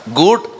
good